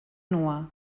nua